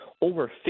over